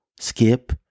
Skip